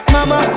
Mama